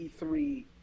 E3